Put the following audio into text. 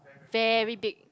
very big